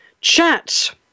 chat